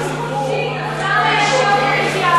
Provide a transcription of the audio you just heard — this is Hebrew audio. אז למה יש יוקר מחיה?